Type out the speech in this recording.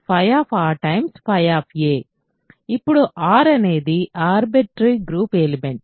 ఇప్పుడు r అనేది arbitrary group element